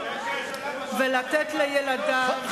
בשלוש השנים האחרונות,